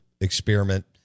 experiment